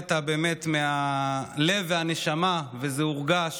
עבדת באמת מהלב והנשמה, וזה הורגש